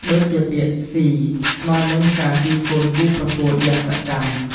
ដូចជាពាក្យ ស៊ី ស្មើនិងការស៊ីកូនគូប្រកួតយ៉ាងសកម្ម។